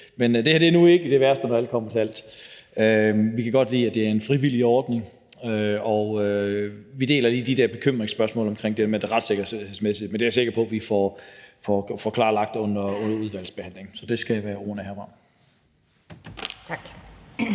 Men det her er nu ikke det værste, når alt kommer til alt. Vi kan godt lide, at det er en frivillig ordning, og vi deler de der bekymringsspørgsmål omkring det med det retssikkerhedsmæssige, men det er jeg sikker på vi får klarlagt under udvalgsbehandlingen. Så det skal være ordene herfra. Kl.